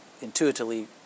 intuitively